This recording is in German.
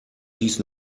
dies